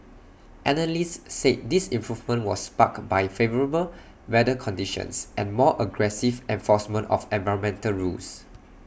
analysts said this info was sparked by favourable weather conditions and more aggressive enforcement of environmental rules